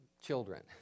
children